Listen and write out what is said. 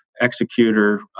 executor